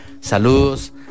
Saludos